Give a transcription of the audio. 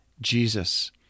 Jesus